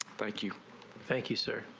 thank you thank you sir.